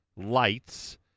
Lights